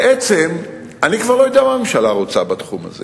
בעצם אני כבר לא יודע מה הממשלה רוצה בתחום הזה.